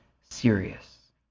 serious